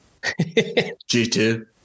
G2